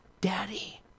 daddy